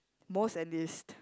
most and least